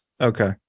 Okay